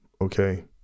Okay